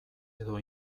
edo